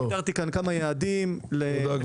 הגדרתי כאן כמה יעדים לתקציב,